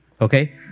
Okay